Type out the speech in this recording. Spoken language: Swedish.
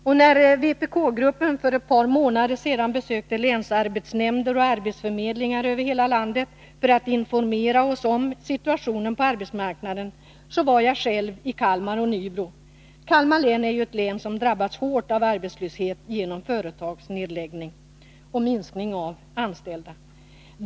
Vpk-gruppen besökte för ett par månader sedan länsarbetsnämnder och arbetsförmedlingar över hela landet för att informera sig om situationen på arbetsmarknaden. Själv var jag i Kalmar och Nybro. Kalmar län har drabbats hårt av arbetslöshet genom företagsnedläggningar och minskning av anställda.